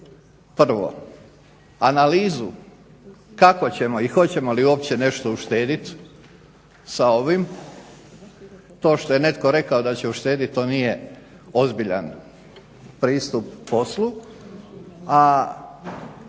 prvo analizu kako ćemo i hoćemo li uopće nešto uštediti sa ovim. To što je netko rekao da će uštedit, to nije ozbiljan pristup poslu, a